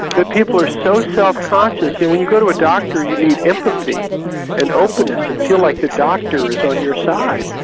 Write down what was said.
that people are so self-conscious. yeah when you go to a doctor you need empathy and openness and feel like your doctor is on your side,